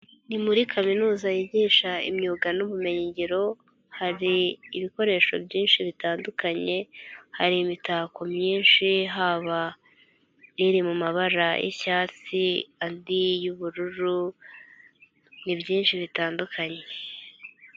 Ni muri Kaminuza yigisha imyuga n'ubumenyi ngiro, hari ibikoresho byinshi bitandukanye, hari imitako myinshi: haba iri mu mabara y'icyatsi, andi y'ubururu; ni byinshi bitandukanye.